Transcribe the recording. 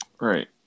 Right